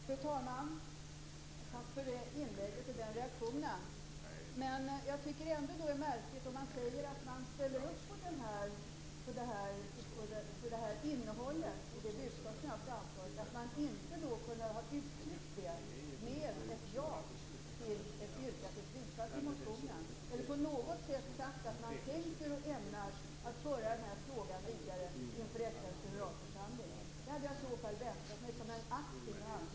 Fru talman! Margareta Viklund förväntar sig aktiva handlingar när det gäller jämställdheten på olika områden från Sveriges riksdag och regering. På den punkten kan jag å det bestämdaste lugna henne. Vi har varit oerhört aktiva när det gäller jämställdheten. Jag kan lova att vi kommer fortsättningsvis att vara minst lika aktiva och vara beredda att gripa in på de olika områden där vi ser att det kommer att krävas extra engagemang från vår sida.